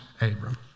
Abram